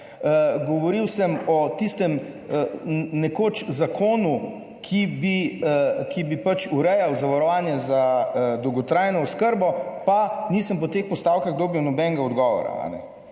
govoril sem o tistem nekoč zakonu, ki bi pač urejal zavarovanje za dolgotrajno oskrbo, pa nisem po teh postavkah dobil nobenega odgovora.